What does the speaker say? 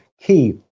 key